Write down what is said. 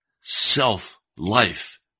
self-life